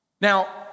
Now